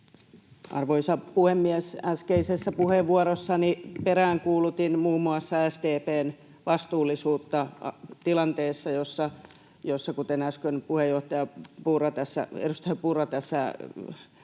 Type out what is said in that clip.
Arvoisa puhemies! Äskeisessä puheenvuorossani peräänkuulutin muun muassa SDP:n vastuullisuutta tilanteessa, jossa — kuten äsken puheenjohtaja Purra, edustaja